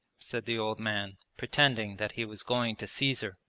said the old man, pretending that he was going to seize her.